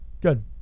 good